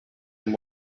and